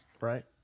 Right